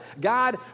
God